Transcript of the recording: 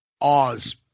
Oz